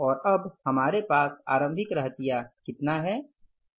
और अब हमारे पास आरंभिक रहतिया कितना है